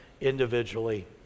individually